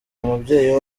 umubyeyi